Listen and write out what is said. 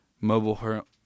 mobile